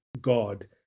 God